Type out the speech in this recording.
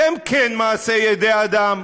שהם כן מעשי ידי אדם,